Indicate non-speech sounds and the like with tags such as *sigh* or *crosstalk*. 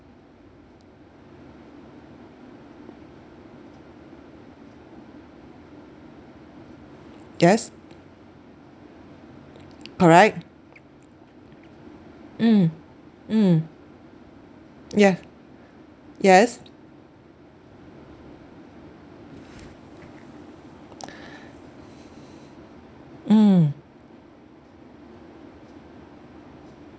yes *noise* correct mm mm yeah yes *noise* mm